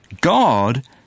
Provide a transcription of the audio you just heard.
God